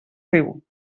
riu